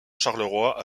charleroi